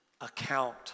account